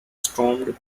stormed